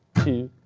two,